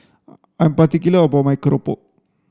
I'm particular about my keropok